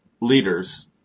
leaders